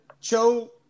Cho